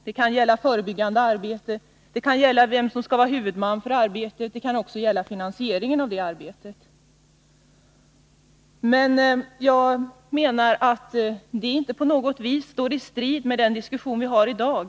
Det kan gälla förebyggande arbete, vem som skall vara huvudman för arbetet och även finansieringen av arbetet. Men jag menar att det inte på något vis står i strid med den diskussion vi för i dag.